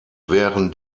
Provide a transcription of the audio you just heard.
wären